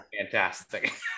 fantastic